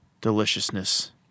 deliciousness